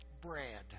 bread